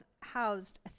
housed